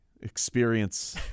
Experience